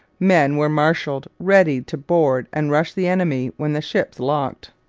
men were marshalled ready to board and rush the enemy when the ships locked.